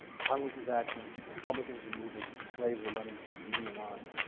congress is acting, the republicans are moving, the slaves are running to union lines.